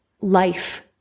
life